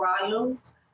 volumes